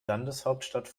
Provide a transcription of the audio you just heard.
landeshauptstadt